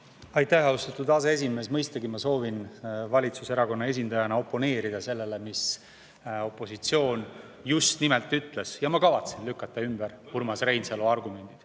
Aitäh, austatud aseesimees! Mõistagi ma soovin valitsuserakonna esindajana oponeerida sellele, mida opositsioon just äsja ütles. Ma kavatsen lükata ümber Urmas Reinsalu argumendid.